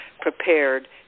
prepared